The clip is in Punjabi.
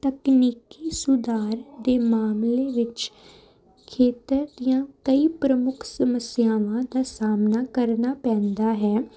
ਤਕਨੀਕੀ ਸੁਧਾਰ ਦੇ ਮਾਮਲੇ ਵਿੱਚ ਖੇਤਰ ਦੀਆਂ ਕਈ ਪ੍ਰਮੁੱਖ ਸਮੱਸਿਆਵਾਂ ਦਾ ਸਾਹਮਣਾ ਕਰਨਾ ਪੈਂਦਾ ਹੈ